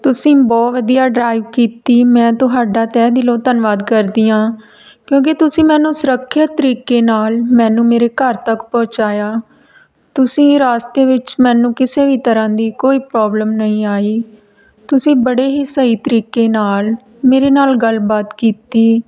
ਤੁਸੀਂ ਬਹੁਤ ਵਧੀਆ ਡਰਾਈਵ ਕੀਤੀ ਮੈਂ ਤੁਹਾਡਾ ਤਹਿ ਦਿਲੋਂ ਧੰਨਵਾਦ ਕਰਦੀ ਹਾਂ ਕਿਉਂਕਿ ਤੁਸੀਂ ਮੈਨੂੰ ਸੁਰੱਖਿਅਤ ਤਰੀਕੇ ਨਾਲ ਮੈਨੂੰ ਮੇਰੇ ਘਰ ਤੱਕ ਪਹੁੰਚਾਇਆ ਤੁਸੀਂ ਰਾਸਤੇ ਵਿੱਚ ਮੈਨੂੰ ਕਿਸੇ ਵੀ ਤਰ੍ਹਾਂ ਦੀ ਕੋਈ ਪ੍ਰੋਬਲਮ ਨਹੀਂ ਆਈ ਤੁਸੀਂ ਬੜੇ ਹੀ ਸਹੀ ਤਰੀਕੇ ਨਾਲ ਮੇਰੇ ਨਾਲ ਗੱਲਬਾਤ ਕੀਤੀ